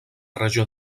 regió